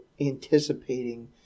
anticipating